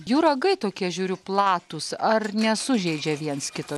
jų ragai tokie žiūriu platūs ar nesužeidžia viens kito